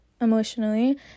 emotionally